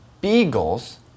Beagles